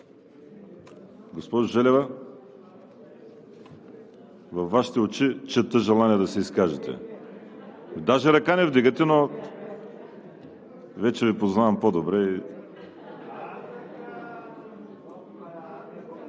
Госпожо Желева, във Вашите очи чета желание да се изкажете. Даже ръка не вдигате, но вече Ви познавам по-добре.